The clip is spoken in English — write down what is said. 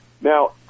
Now